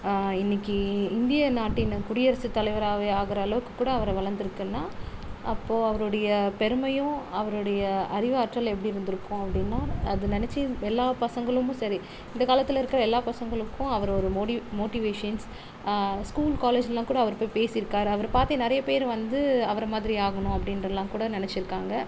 இன்றைக்கி இந்திய நாட்டின் குடியரசு தலைவராவே ஆகிற அளவுக்கு கூட அவரு வளர்ந்துருக்குனா அப்போது அவருடைய பெருமையும் அவருடைய அறிவாற்றலும் எப்படி இருந்துருக்கும் அப்படினா அது நினச்சு எல்லா பசங்களும் சரி இந்த காலத்தில் இருக்கிற எல்லா பசங்களுக்கும் அவரு ஒரு மோடிவ் மோட்டிவேஷன்ஸ் ஸ்கூல் காலேஜ்லலாம் கூட அவரு போய் பேசிருக்காரு அவரை பார்த்தே நிறைய பேர் வந்து அவரை மாதிரி ஆகணும் அப்படினுலாம் கூட நினச்சிருக்காங்க